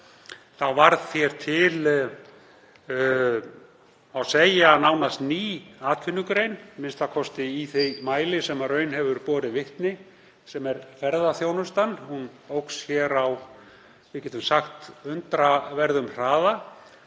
varð hér til má segja nánast ný atvinnugrein, a.m.k. í þeim mæli sem raun hefur borið vitni, sem er ferðaþjónustan. Hún óx hér á, við getum sagt, undraverðum hraða.